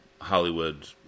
Hollywood